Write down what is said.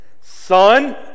Son